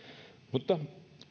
mutta